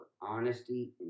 honesty